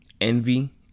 envy